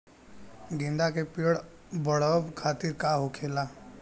गेंदा का पेड़ बढ़अब खातिर का होखेला?